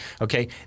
Okay